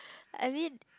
I mean